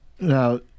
Now